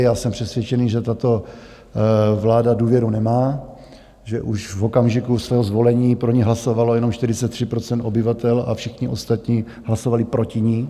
Já jsem přesvědčený, že tato vláda důvěru nemá, že už v okamžiku svého zvolení pro ni hlasovalo jenom 43 % obyvatel a všichni ostatní hlasovali proti ní.